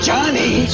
Johnny